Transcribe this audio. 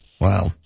Wow